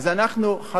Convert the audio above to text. חד-משמעי.